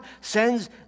sends